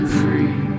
free